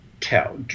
tell